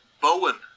Bowen